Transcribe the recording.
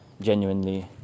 Genuinely